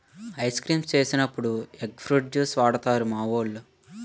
ice creams చేసినప్పుడు egg fruit juice వాడుతారు మావోలు